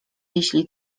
jeśli